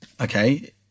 okay